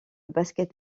basket